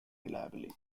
reliably